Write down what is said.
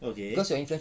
okay